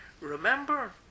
Remember